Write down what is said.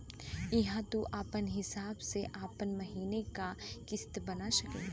हिंया तू आपन हिसाब से आपन महीने का किस्त बना सकेल